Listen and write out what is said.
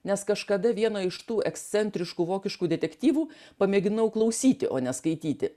nes kažkada vieno iš tų ekscentriškų vokiškų detektyvų pamėginau klausyti o ne skaityti